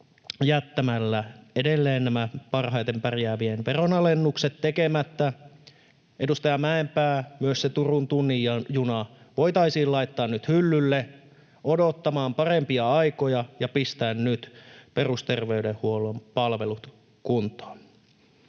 jättämällä edelleen nämä parhaiten pärjäävien veronalennukset tekemättä. Edustaja Mäenpää, myös se Turun tunnin juna voitaisiin laittaa nyt hyllylle odottamaan parempia aikoja ja pistää nyt perusterveydenhuollon palvelut kuntoon.